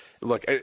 Look